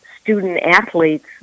student-athletes